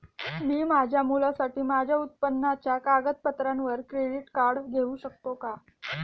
मी माझ्या मुलासाठी माझ्या उत्पन्नाच्या कागदपत्रांवर क्रेडिट कार्ड घेऊ शकतो का?